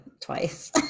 twice